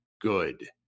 good